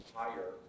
higher